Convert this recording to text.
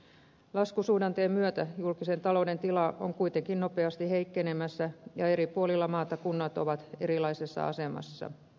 laskusuhdanteen myötä julkisen talouden tila on kuitenkin nopeasti heikkenemässä ja eri puolilla maata kunnat ovat erilaisessa asemassa